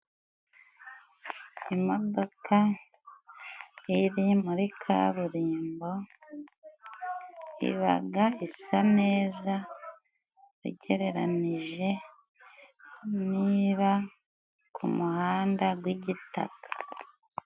Imodoka iri muri kaburimbo ibaga isa neza ugereranije n'ira kumuhanda gw'igitaka.